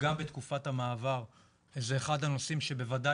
שגם בתקופת המעבר זה אחד הנושאים שבוודאי